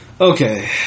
Okay